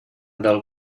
del